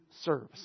serves